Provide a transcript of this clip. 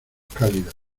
cálidas